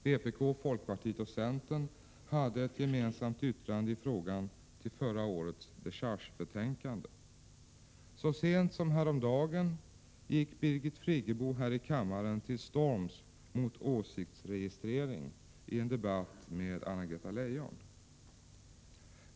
Vpk, folkpartiet och centern hade ett gemensamt yttrande i frågan till förra årets dechargebetänkande, Så sent som häromdagen gick Birgit Friggebo här i kammaren till storms mot åsiktsregistrering i en debatt med Anna-Greta Leijon.